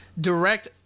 direct